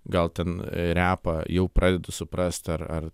gal ten repą jau pradedu suprast ar ar